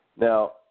Now